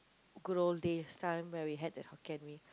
good old days time when we had that Hokkien-Mee